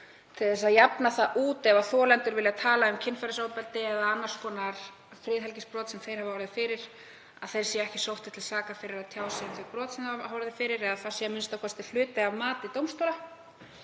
til að jafna það út ef þolendur vilja tala um kynferðisofbeldi eða annars konar friðhelgisbrot sem þeir hafa orðið fyrir, að þeir séu ekki sóttir til saka fyrir að tjá sig um brot sem þeir hafa orðið fyrir eða að það sé a.m.k. hluti af mati dómstóla